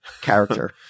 character